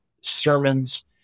sermons